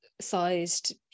sized